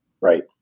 right